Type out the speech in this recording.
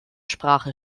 sprache